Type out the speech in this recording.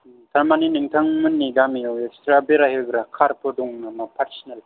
थारमानि नोंथांमोननि गामियाव एक्सट्रा बेरायहोग्रा कारफोर दं नामा पार्सनेल